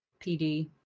PD